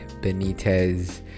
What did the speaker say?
Benitez